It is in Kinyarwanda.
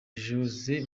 jose